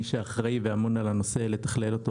מי שאחראי ואמון על הנושא לתכלל אותו